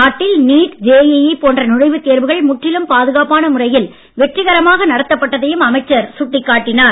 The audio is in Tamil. நாட்டில் நீட் ஜேஇஇ போன்ற நுழைவுத் தேர்வுகள் முற்றிலும் பாதுகாப்பான முறையில் வெற்றிகரமாக நடத்தப்பட்டதையும் அமைச்சர் சுட்டிக் காட்டினார்